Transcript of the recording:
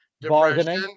bargaining